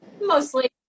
mostly